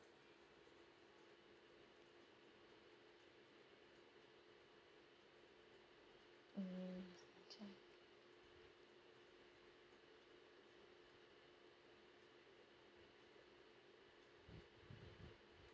mm okay